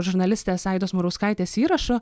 žurnalistės aidos murauskaitės įrašu